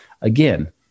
again